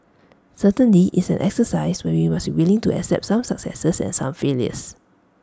certainly it's an exercise where we must be willing to accept some successes and some failures